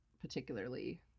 particularly